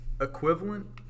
equivalent